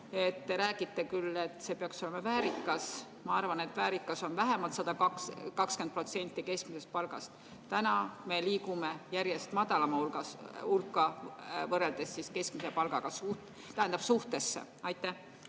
Te räägite küll, et see peaks olema väärikas, aga mina arvan, et väärikas on vähemalt 120% keskmisest palgast. Me liigume järjest madalama suhte poole võrreldes keskmise palgaga. Aitäh!